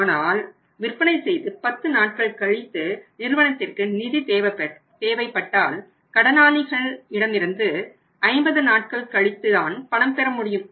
ஆனால் விற்பனை செய்து 10 நாட்கள் கழித்து நிறுவனத்திற்கு நிதி தேவைப்பட்டால் கடனாளிகளிடமிருந்து 50 நாட்கள் கழித்துதான் பணம் பெற முடியும்